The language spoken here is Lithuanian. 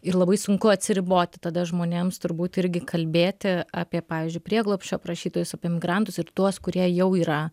ir labai sunku atsiriboti tada žmonėms turbūt irgi kalbėti apie pavyzdžiui prieglobsčio prašytojus apie migrantus ir tuos kurie jau yra